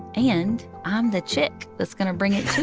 and i'm the chick that's going to bring it to